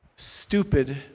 stupid